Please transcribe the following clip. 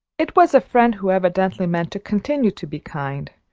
it was a friend who evidently meant to continue to be kind,